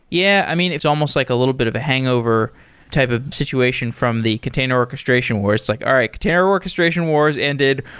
yeah. i mean, it's almost like a little bit of a hangover type of situation from the container orchestration, where it's like, all right, container orchestration war has ended.